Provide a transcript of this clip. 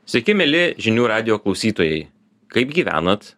sveiki mieli žinių radijo klausytojai kaip gyvenat